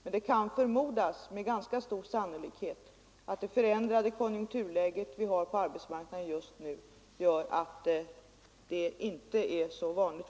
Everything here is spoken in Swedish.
Men det kan förmodas, med ganska stor sannolikhet, att det förändrade konjunkturläget som vi har på arbetsmarknaden just nu gör att det inte är så vanligt.